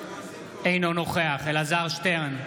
אינו נוכח אלעזר שטרן,